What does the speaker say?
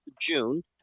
June